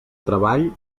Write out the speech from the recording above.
treball